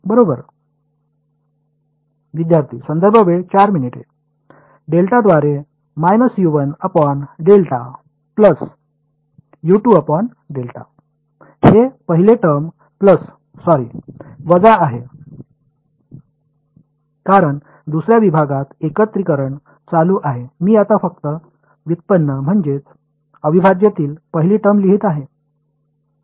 बरोबर विद्यार्थीः डेल्टाद्वारे हे पहिले टर्म प्लस सॉरी वजा आहे कारण दुसर्या विभागात एकत्रिकरण चालू आहे मी आता फक्त व्युत्पन्न म्हणजेच अविभाज्यतेची पहिली टर्म लिहित आहे